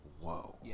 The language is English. whoa